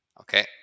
Okay